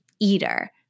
eater